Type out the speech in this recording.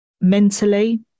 mentally